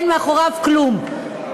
אין מאחוריו כלום.